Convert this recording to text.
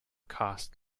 cost